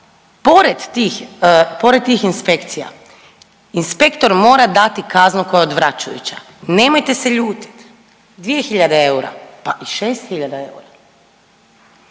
pored tih inspekcija inspektor mora dati kaznu koja je odvračujuća. Nemojte se ljutiti 2.000 eura, pa i 6.000 eura